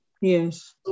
Yes